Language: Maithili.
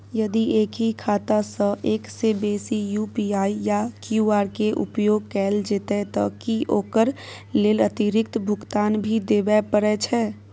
यदि एक ही खाता सं एक से बेसी यु.पी.आई या क्यू.आर के उपयोग कैल जेतै त की ओकर लेल अतिरिक्त भुगतान भी देबै परै छै?